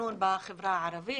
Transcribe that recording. בתכנון בחברה הערבית.